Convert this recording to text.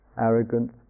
arrogance